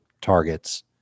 targets